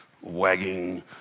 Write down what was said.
wagging